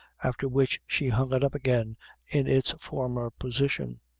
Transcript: after which she hung it up again in its former position.